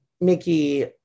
Mickey